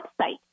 website